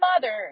mother